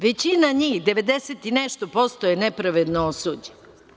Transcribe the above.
Većina njih, 90 i nešto posto, je nepravedno osuđena.